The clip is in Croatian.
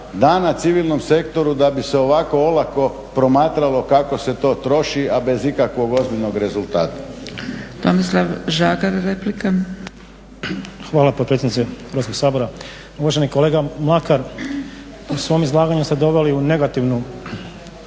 dana civilnom sektoru da bi se ovako olako promatralo kako se to troši, a bez ikakvog ozbiljnog rezultata.